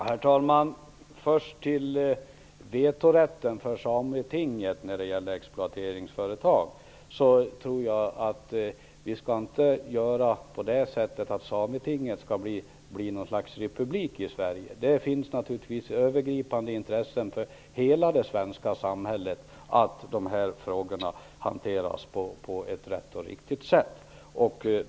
Herr talman! Jag vill först ta upp vetorätten för Sametinget när det gäller exploateringsföretag. Jag tror inte att vi skall göra Sametinget till något slags republik i Sverige. Det finns övergripande intressen i hela det svenska samhället för att de här frågorna hanteras på ett riktigt sätt.